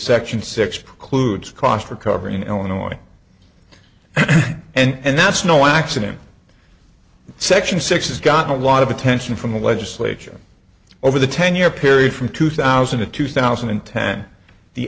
section six precludes cost for covering illinois and that's no accident section six has gotten a lot of attention from the legislature over the ten year period from two thousand to two thousand and ten the